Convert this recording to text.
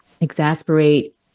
exasperate